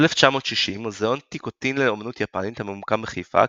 ב-1960 "מוזיאון טיקוטין לאמנות יפנית" הממוקם בחיפה,